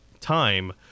time